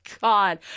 God